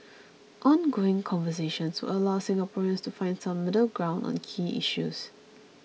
ongoing conversations will allow Singaporeans to find some middle ground on key issues